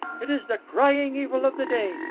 it is the crying evil of the day,